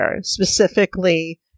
specifically